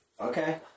Okay